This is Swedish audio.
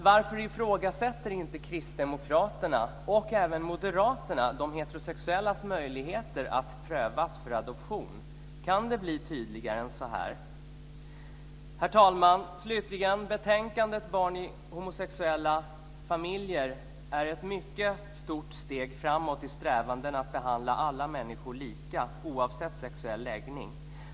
Varför ifrågasätter inte Kristdemokraterna och även Moderaterna de heterosexuellas möjligheter att prövas för adoption? Kan det bli tydligare än så här? Herr talman! Betänkandet om barn i homosexuella familjer är ett mycket stort steg framåt i strävandena att behandla alla människor lika oavsett sexuell läggning.